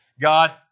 God